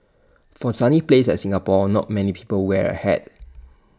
for A sunny place like Singapore not many people wear A hat